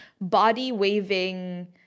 body-waving